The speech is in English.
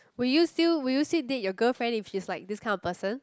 will you still will you still date your girlfriend if she's like this kind of person